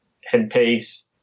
headpiece